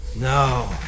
No